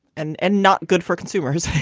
and and not good for consumers.